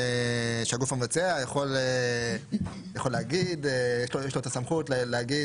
הזמנים ושהגוף המבצע יכול ויש לו את הסמכות להגיד